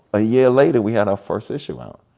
a year later, we had our first issue out.